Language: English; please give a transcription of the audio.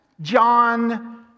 John